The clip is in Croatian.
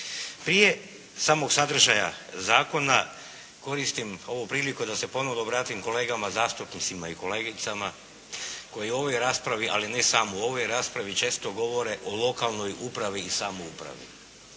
Prije samog sadržaja zakona koristim ovu priliku da se ponovno vratim kolegama zastupnicima i kolegicama koji u ovoj raspravi ali i ne samo u ovoj raspravi često govore o lokalnoj upravi i samoupravi.